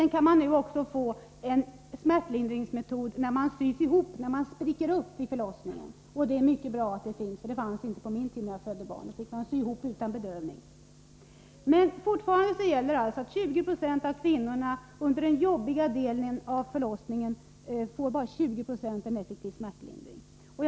Nu kan man få smärtlindring ockå när man sys ihop, om man spricker upp vid förlossningen. Det är mycket bra. Det fanns inte på min tid, när jag födde barn, utan då syddes man ihop utan bedövning. Under den jobbiga delen av förlossningen får alltså bara 20 90 av kvinnorna effektiv smärtlindring.